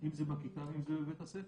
אם זה בכיתה, אם זה בבית הספר,